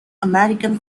american